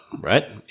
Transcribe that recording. right